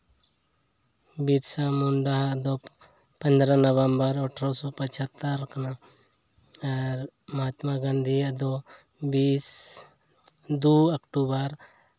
ᱵᱤᱨᱥᱟ ᱢᱩᱱᱰᱟᱣᱟᱜ ᱫᱚ ᱯᱚᱱᱨᱚ ᱱᱚᱵᱷᱮᱢᱵᱚᱨ ᱟᱴᱷᱟᱨᱚᱥᱚ ᱯᱚᱸᱪᱟᱛᱳᱨ ᱠᱟᱱᱟ ᱟᱨ ᱢᱚᱦᱟᱛᱢᱟ ᱜᱟᱹᱱᱰᱷᱤᱭᱟᱜ ᱫᱚ ᱵᱤᱥ ᱫᱩ ᱚᱠᱴᱳᱵᱚᱨ